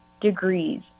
degrees